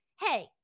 hey